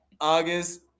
August